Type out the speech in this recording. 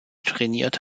trainiert